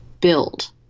build